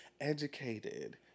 educated